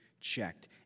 Checked